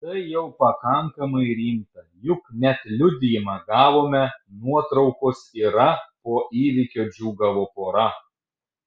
tai jau pakankamai rimta juk net liudijimą gavome nuotraukos yra po įvykio džiūgavo pora